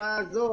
ובתקופה הזאת